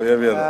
הוא יבין.